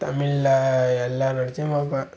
தமிழில் எல்லா படத்தையும் பார்ப்பேன்